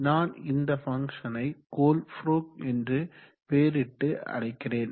நான் இந்த ஃபங்ஷனை கோல்ப்ரூக் என்று பெயரிட்டு அழைக்கிறேன்